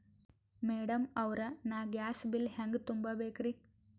Madam ಅವ್ರ, ನಾ gas bill ಹೆಂಗ ತುಂಬಾ ಬೇಕ್ರಿ?